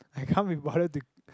I can't be bothered to